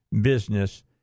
business